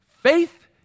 Faith